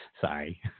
Sorry